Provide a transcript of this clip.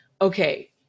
okay